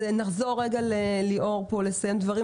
אז נחזור רגע לליאור פה לסיים דברים,